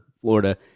Florida